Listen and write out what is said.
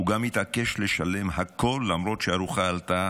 הוא גם התעקש לשלם הכול, למרות שהארוחה עלתה